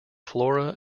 flora